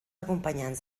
acompanyants